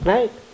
Right